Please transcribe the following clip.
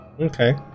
Okay